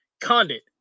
Condit